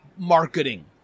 marketing